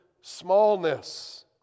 smallness